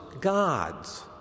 God's